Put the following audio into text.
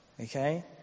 Okay